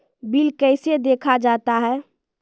Bill कैसे देखा जाता हैं?